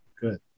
Good